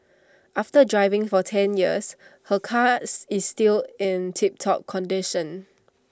after driving for ten years her cars is still in tip top condition